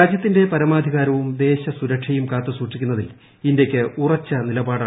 രാജ്യത്തിന്റെ പരമാധികാരവും ദേശസുരക്ഷയും കാത്തു സൂക്ഷിക്കുന്നതിൽ ഇന്ത്യക്ക് ഉറച്ച നിലപാടാണുള്ളത്